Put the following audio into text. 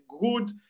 good